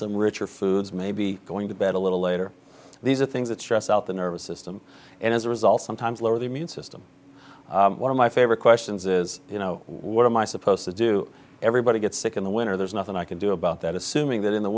some richer foods maybe going to bed a little later these are things that stress out the nervous system and as a result sometimes lower the immune system one of my favorite questions is you know what am i supposed to do everybody gets sick in the winter there's nothing i can do about that assuming that in the